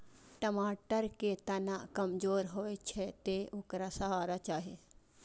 टमाटर के तना कमजोर होइ छै, तें ओकरा सहारा चाही